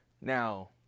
Now